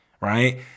right